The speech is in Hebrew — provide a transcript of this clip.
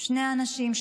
שני אנשים,